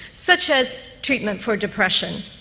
such as treatment for depression.